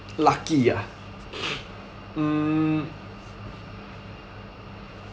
lucky ah mm